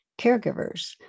caregivers